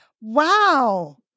Wow